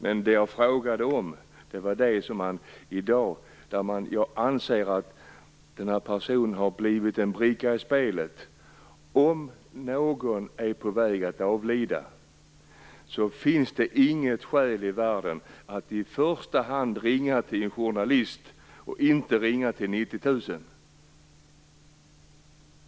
Men det jag frågade om gällde något annat. Jag anser att den här personen har blivit en bricka i spelet. Om någon är på väg att avlida finns det inget skäl i världen att i första hand ringa till en journalist och inte ringa till 90 000.